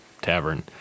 tavern